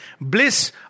Bliss